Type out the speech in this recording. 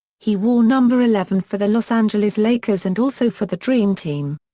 he wore number eleven for the los angeles lakers and also for the dream team.